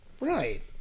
Right